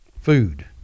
Food